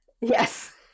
yes